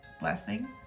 blessing